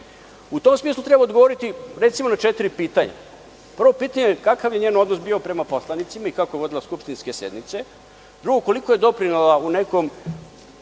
U tom smislu treba odgovoriti, recimo na četiri pitanja. Prvo pitanje, kakav je njen odnos bio prema poslanicima i kako je vodila skupštinske sednice? Drugo, koliko je doprinela u nekom